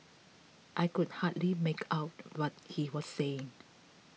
I could hardly make out what he was saying